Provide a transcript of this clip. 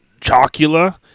Chocula